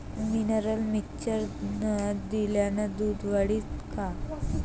Mineral mixture दिल्यानं दूध वाढीनं का?